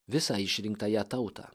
visą išrinktąją tautą